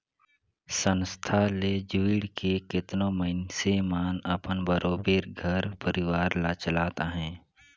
संस्था ले जुइड़ के केतनो मइनसे मन अपन बरोबेर घर परिवार ल चलात अहें